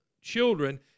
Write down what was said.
children